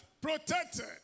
protected